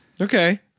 Okay